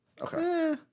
Okay